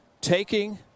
taking